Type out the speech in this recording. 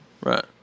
Right